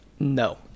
No